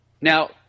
Now